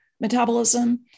metabolism